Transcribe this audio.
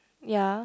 ya